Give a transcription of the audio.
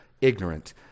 ignorant